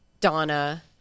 Donna